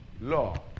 law